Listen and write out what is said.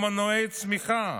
הוא במנועי הצמיחה,